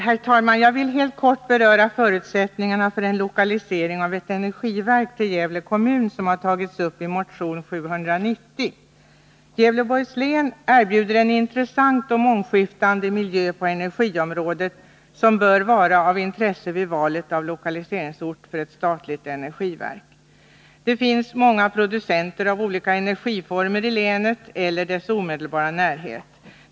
Herr talman! Jag vill helt kort beröra förutsättningarna för lokalisering av ett energiverk till Gävle kommun som har tagits upp i motion 790. Gävleborgs län erbjuder en intressant och mångskiftande miljö på energiområdet, vilken bör vara av intresse vid valet av lokaliseringsort för ett statligt energiverk. Det finns många producenter av olika energiformer i länet eller dess omedelbara närhet.